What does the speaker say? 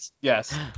Yes